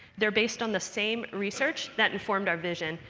they're based on the same research that informed our vision,